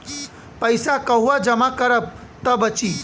पैसा कहवा जमा करब त बची?